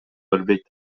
бербейт